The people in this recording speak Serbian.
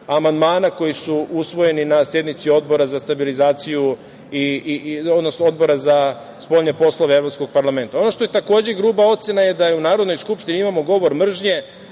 koji su usvojeni na sednici Odbora za stabilizaciju, odnosno Odbora za spoljne poslove Evropskog parlamenta. Ono što je takođe gruba ocena, a to je da u Narodnoj skupštini imamo govor mržnje